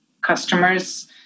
customers